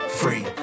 free